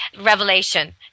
revelation